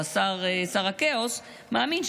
או שר הכאוס מאמין,